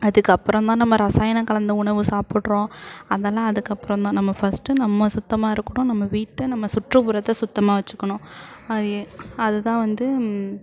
அதுக்கப்புறம் தான் நம்ம ரசாயனம் கலந்த உணவு சாப்பிட்றோம் அதெல்லாம் அதுக்கப்புறம் தான் நம்ம ஃபஸ்ட்டு நம்ம சுத்தமாக இருக்கணும் நம்ம வீட்டை நம்ம சுற்றுப்புறத்தை சுத்தமாக வச்சுக்கணும் அது அது தான் வந்து